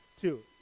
Two